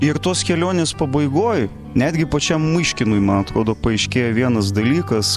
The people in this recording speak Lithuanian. ir tos kelionės pabaigoj netgi pačiam myškinui man atrodo paaiškėjo vienas dalykas